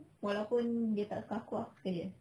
walaupun dia tak suka aku aku suka dia